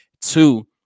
Two